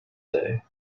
day